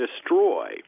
destroy